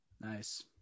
Nice